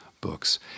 books